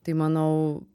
tai manau